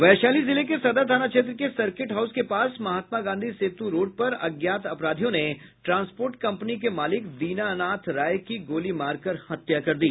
वैशाली जिले के सदर थाना क्षेत्र के सर्किट हाउस के पास महात्मा गांधी सेतु रोड पर अज्ञात अपराधियों ने ट्रांसपोर्ट कंपनी के मालिक दीनानाथ राय की गोली मारकर हत्या कर दी